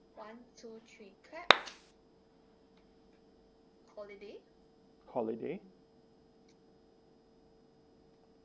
holiday